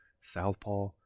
Southpaw